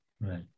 right